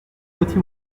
petit